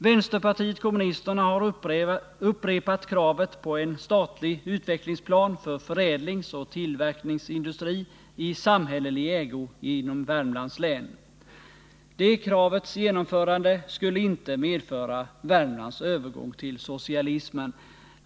Vänsterpartiet kommunisterna har upprepat kravet på en statlig utvecklingsplan för förädlingsoch tillverkningsindustri i samhällelig ägo inom Värmlands län. Det kravets genomförande skulle inte medföra Värmlands övergång till socialism.